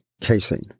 casein